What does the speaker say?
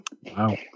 Wow